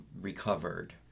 recovered